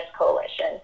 Coalition